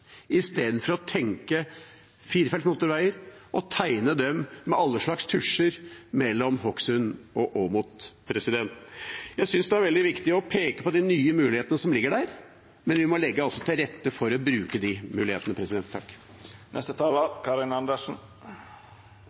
i stedet for å tenke firefelts motorveier og tegne dem med alle slags tusjer mellom Hokksund og Åmot. Jeg synes det er veldig viktig å peke på de nye mulighetene som ligger der, men vi må legge til rette for å bruke disse mulighetene.